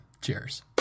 cheers